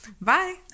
Bye